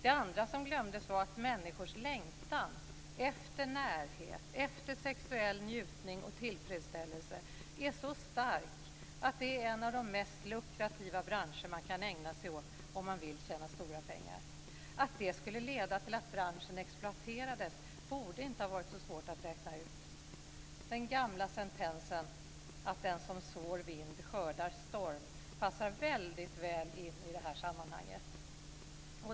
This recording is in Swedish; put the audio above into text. En annan sak som glömdes var att människors längtan efter närhet, sexuell njutning och tillfredsställelse är så stark att det är en av de mest lukrativa branscher man kan ägna sig åt om man vill tjäna stora pengar. Att det skulle leda till att branschen exploaterades borde inte ha varit så svårt att räkna ut. Den gamla sentensen att den som sår vind skördar storm passar väldigt väl in i det här sammanhanget.